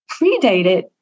predated